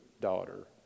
daughter